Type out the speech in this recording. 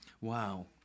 Wow